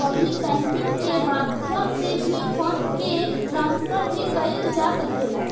public banking के माध्यम से भी फंड के ट्रांसफर भी कईल जा सकेला